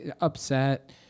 upset